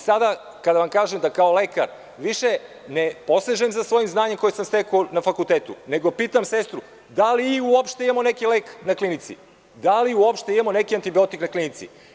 Sada kada vam kažem, kao lekar, više ne posežem za svojim znanjem koje sam stekao na fakultetu, nego pitam sestru – da li imamo u opšte neki lek na klinici, da li uopšte imamo neki antibiotik na klinici?